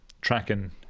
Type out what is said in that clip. tracking